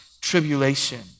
tribulation